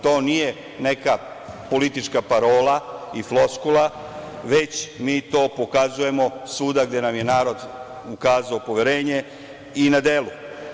To nije neka politička parola i floskula, već mi to pokazujemo svuda gde nam je narod ukazao poverenje i na delu.